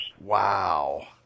Wow